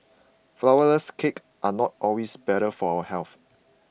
Flourless Cakes are not always better for health